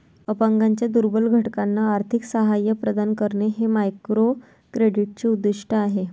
अपंगांच्या दुर्बल घटकांना आर्थिक सहाय्य प्रदान करणे हे मायक्रोक्रेडिटचे उद्दिष्ट आहे